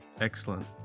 excellent